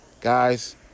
guys